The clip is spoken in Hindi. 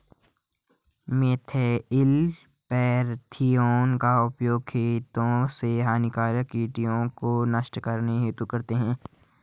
मिथाइल पैरथिओन का उपयोग खेतों से हानिकारक कीटों को नष्ट करने हेतु करते है